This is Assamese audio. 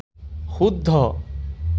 শুদ্ধ